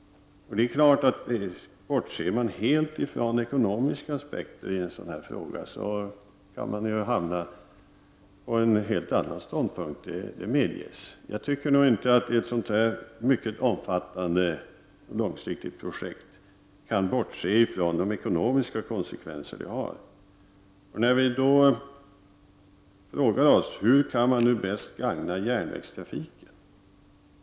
Bortser man helt från ekonomiska aspekter i en sådan här fråga kan man hamna på helt andra ståndpunkter, det medges. Jag tycker nog inte att man i ett sådant här omfattande och långsiktigt projekt kan bortse från de ekonomiska konsekvenser det får. Hur kan vi bäst gagna järnvägstrafiken?